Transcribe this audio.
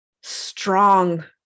strong